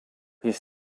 his